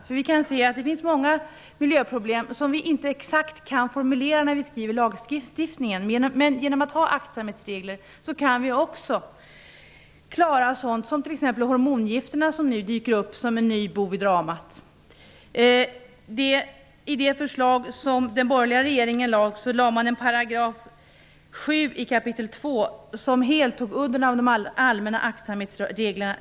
Det finns nämligen många miljöproblem som vi inte kan formulera exakt när vi skriver lagarna, men genom att ha aktsamhetsregler kan vi klara också sådant som t.ex. hormongifterna, som nu dyker upp som en ny bov i dramat. I det förslag som den borgerliga regeringen lade fram hade man i 2 kap. 7 § en bestämmelse som helt tog udden av de allmänna aktsamhetsreglerna.